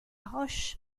roche